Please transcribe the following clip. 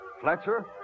Fletcher